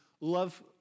love